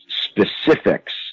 specifics